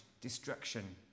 destruction